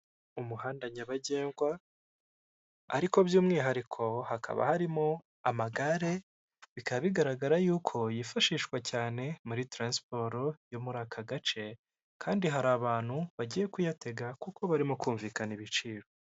Umuhanda nyabagendwa, ariko by'umwihariko hakaba harimo amagare, bikaba bigaragara yuko yifashishwa cyane muri taransiporo yo muri aka gace, kandi hari abantu bagiye kuyatega, kuko barimo kumvikana ibiciro.